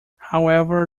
however